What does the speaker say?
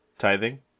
Tithing